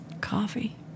coffee